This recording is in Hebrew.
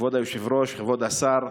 כבוד היושב-ראש, כבוד השר,